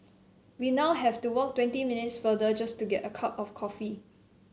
we now have to walk twenty minutes farther just to get a cup of coffee